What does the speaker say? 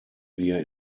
wir